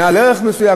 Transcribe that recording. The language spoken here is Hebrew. מעל ערך מסוים.